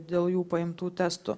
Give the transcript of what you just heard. dėl jų paimtų testų